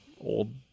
old